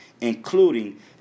including